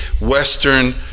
western